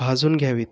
भाजून घ्यावेत